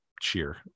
cheer